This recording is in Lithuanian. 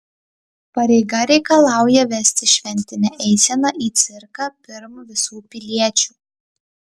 pareiga reikalauja vesti šventinę eiseną į cirką pirm visų piliečių